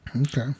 Okay